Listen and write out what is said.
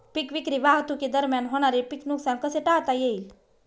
पीक विक्री वाहतुकीदरम्यान होणारे पीक नुकसान कसे टाळता येईल?